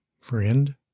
friend